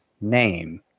name